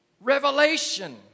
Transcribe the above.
Revelation